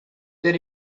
then